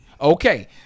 okay